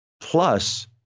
plus